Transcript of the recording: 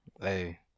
Hey